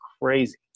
crazy